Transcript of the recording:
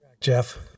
Jeff